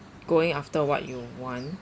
going after what you want